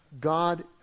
God